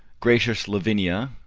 gracious lavinia,